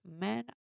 men